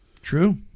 True